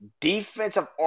defensive